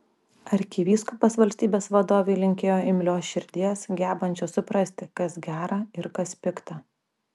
arkivyskupas valstybės vadovei linkėjo imlios širdies gebančios suprasti kas gera ir kas pikta